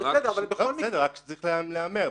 זה צריך להיאמר.